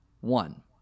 One